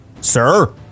Sir